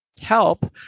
help